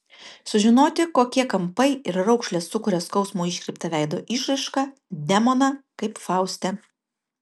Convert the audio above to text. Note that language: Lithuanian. sužinoti kokie kampai ir raukšlės sukuria skausmo iškreiptą veido išraišką demoną kaip fauste